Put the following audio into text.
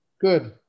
Good